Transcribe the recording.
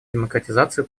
демократизацию